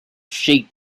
sheep